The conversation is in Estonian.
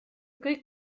kõik